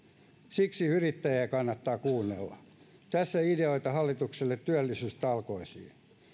siksi yrittäjiä kannattaa kuunnella tässä ideoita hallitukselle työllisyystalkoisiin